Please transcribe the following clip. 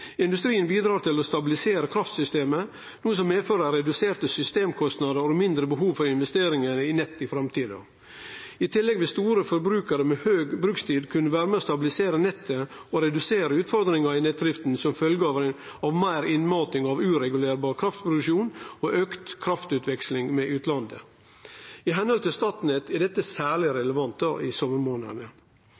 Industrien bidreg til å stabilisere kraftsystemet, noko som fører med seg reduserte systemkostnader og mindre behov for investeringar i nett i framtida. I tillegg vil store forbrukarar med høg brukstid kunne vere med og stabilisere nettet og redusere utfordringar i nettdrifta som følgje av meir innmating av uregulerbar kraftproduksjon og auka kraftutveksling med utlandet. Etter Statnetts syn er dette særleg relevant i